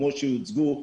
כמו שהוצגו,